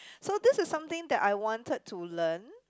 so this is something that I wanted to learn